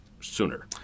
sooner